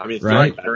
right